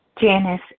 Janice